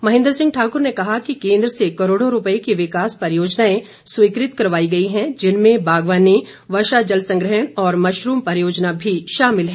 महेंद्र सिंह ठाकुर ने कहा कि केंद्र से करोड़ों रुपये की विकास परियोजनाएं स्वीकृत करवाई गई हैं जिनमें बागवानी वर्षा जल संग्रहण और मशरूम परियोजना भी शामिल हैं